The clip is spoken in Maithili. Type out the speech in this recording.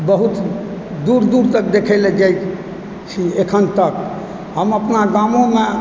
बहुत दूर दूर तक देखै लए जाइत छी एखन तक हम अपना गामोमे